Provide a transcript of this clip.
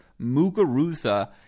Muguruza